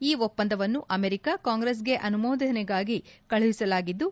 ಈ ಒಪ್ಪಂದವನ್ನು ಅಮೆರಿಕಾ ಕಾಂಗ್ರೆಸ್ಗೆ ಅನುಮೋದನೆಗಾಗಿ ಕಳುಹಿಸಲಾಗಿದ್ದು